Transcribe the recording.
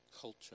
culture